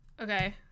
Okay